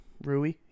Rui